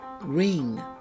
Ring